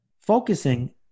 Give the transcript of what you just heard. focusing